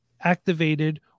activated